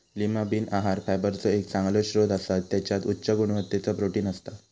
Lima bean आहार फायबरचो एक चांगलो स्त्रोत असा त्याच्यात उच्च गुणवत्तेचा प्रोटीन असता